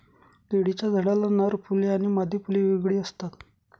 केळीच्या झाडाला नर फुले आणि मादी फुले वेगवेगळी असतात